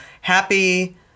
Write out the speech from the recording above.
Happy